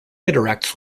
interacts